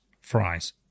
fries